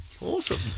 awesome